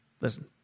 listen